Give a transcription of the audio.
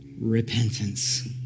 repentance